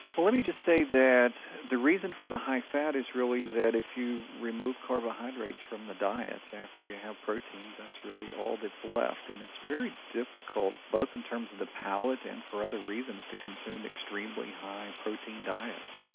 well let me just say that the reason for the high fat is really that if you remove carbohydrates from the diet after you have protein that's really all that's left and it's very difficult, both in terms of the palate and for other reasons to consume extremely high protein diets.